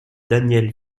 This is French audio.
daniel